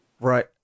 Right